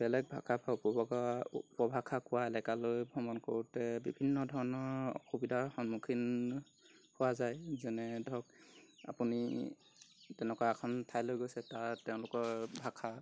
বেলেগ ভাষা বা উপভাষা উপভাষা কোৱা এলেকালৈ ভ্ৰমণ কৰোঁতে বিভিন্ন ধৰণৰ অসুবিধাৰ সন্মুখীন হোৱা যায় যেনে ধৰক আপুনি তেনেকুৱা এখন ঠাইলৈ গৈছে তাত তেওঁলোকৰ ভাষা